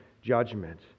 Judgment